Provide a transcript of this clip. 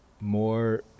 more